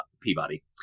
Peabody